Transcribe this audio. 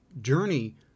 journey